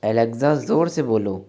Alexa जोर से बोलो